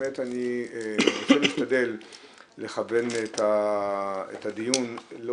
אני באמת רוצה להשתדל לכוון את הדיון לא